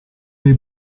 dei